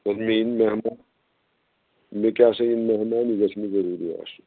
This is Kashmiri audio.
مےٚ یِن مہمان مےٚ کیٛاہ سا یِن مہمان یہِ گَژھہِ مےٚ ضروٗری آسُن